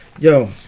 Yo